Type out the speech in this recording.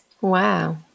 Wow